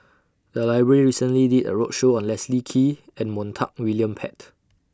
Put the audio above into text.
The Library recently did A roadshow on Leslie Kee and Montague William Pett